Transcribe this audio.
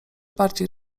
bardziej